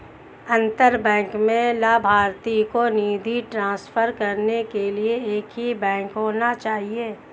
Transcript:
अंतर बैंक में लभार्थी को निधि ट्रांसफर करने के लिए एक ही बैंक होना चाहिए